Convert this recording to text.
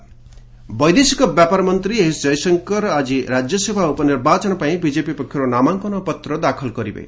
ରାଜ୍ୟସଭା ବୈଦେଶିକ ବ୍ୟାପାର ମନ୍ତ୍ରୀ ଏସ୍ ଜୟଶଙ୍କର ଆଜି ରାଜ୍ୟସଭା ଉପନିର୍ବାଚନ ପାଇଁ ବିଜେପି ପକ୍ଷରୁ ନାମାଙ୍କନପତ୍ର ଦାଖଲ କରିବେ